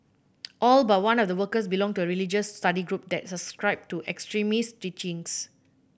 all but one of the workers belonged to a religious study group that subscribed to extremist teachings